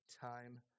time